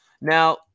Now